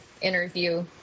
interview